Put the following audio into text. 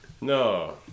No